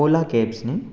Ola cabs न्ही